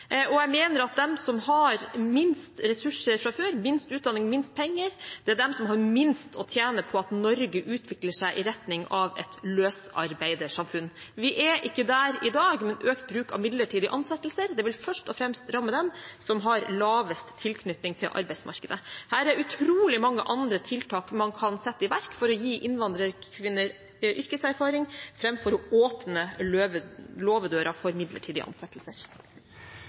Jeg mener at det er de som har minst ressurser fra før – minst utdanning, minst penger – som har minst å tjene på at Norge utvikler seg i retning av et løsarbeidersamfunn. Vi er ikke der i dag, men økt bruk av midlertidige ansettelser vil først og fremst ramme dem som har svakest tilknytning til arbeidsmarkedet. Det finnes utrolig mange andre tiltak man kan sette i verk for å gi innvandrerkvinner yrkeserfaring, framfor å åpne låvedøra for midlertidige ansettelser.